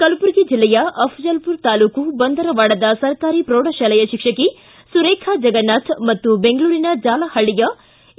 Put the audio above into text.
ಕಲಬುರಗಿ ಜಿಲ್ಲೆಯ ಅಫ್ಟಲ್ಮರ ತಾಲೂಕು ಬಂದರವಾಡದ ಸರ್ಕಾರಿ ಪ್ರೌಢಶಾಲೆಯ ಶಿಕ್ಷಕಿ ಸುರೇಖಾ ಜಗನ್ನಾಥ ಮತ್ತು ಬೆಂಗಳೂರಿನ ಜಾಲಪಳ್ಳಿಯ ಎ